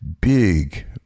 big